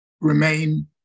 remain